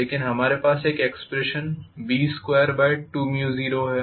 लेकिन हमारे पास एक एक्सप्रेशन B220 है